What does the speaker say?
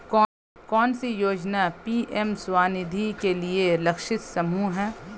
कौन सी योजना पी.एम स्वानिधि के लिए लक्षित समूह है?